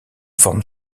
forme